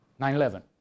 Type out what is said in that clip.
9-11